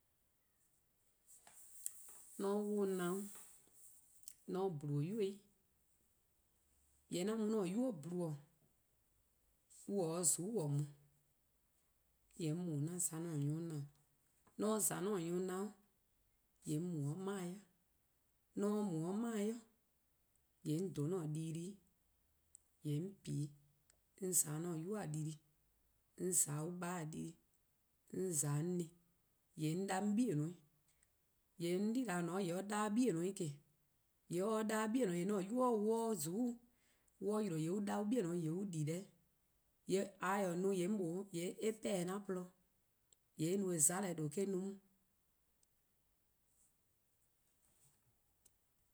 :Mor 'on 'wluh 'nyinor-': 'on worlor: 'yi-dih, :yee' 'an mu 'an 'nynuu: :dle. :mor on :ta 'de :zuku'-' mu, :yee' 'on mu 'an za 'an-a' nyor+-' 'nyinor:. :mor 'on :za 'an nyor+ 'nyinor-', :yee' 'on mu 'de 'mae: 'i, :mor 'on mu 'de 'mae: 'i, :yee' 'on dhen :an-a'a: dii-deh+ 'weh, :yee' 'on pi-', 'on :za 'de 'an 'nynuu:-a dii-deh+, 'on :za 'o on :baa' dii-deh+, 'on :za 'o 'an ne, :yee' 'on 'da 'on 'bei' 'weh, :yee' 'an-a' yibeor: :dao' :yee' or 'da or 'bei' 'weh :ke, :yee' :mor or 'da or 'bei', :yee' :mor 'an-a'a: 'nynuu: 'wluh 'de :zuku'-' :mor on 'yle :yee' on 'da on 'bei' 'weh :yee' on di deh. :yee' :mor :a ta-eh no :yee' 'mor mlor eh 'pehn-dih 'an :porluh-dih, :yee' eh no-eh :yee' 'mona :due' or-: no 'on.